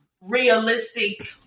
realistic